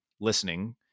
listening